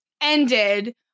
ended